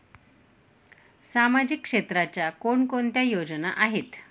सामाजिक क्षेत्राच्या कोणकोणत्या योजना आहेत?